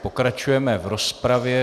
Pokračujeme v rozpravě.